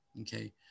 Okay